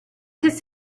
his